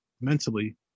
mentally